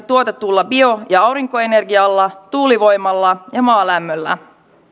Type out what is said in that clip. tuotetulla bio ja aurinkoenergialla tuulivoimalla ja maalämmöllä